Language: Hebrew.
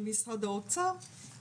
במשרד האוצר